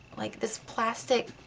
like this plastic,